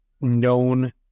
known